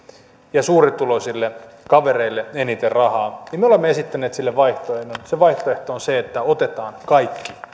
ja suurituloisille kavereille eniten rahaa me olemme esittäneet sille vaihtoehdon se vaihtoehto on se että otetaan kaikki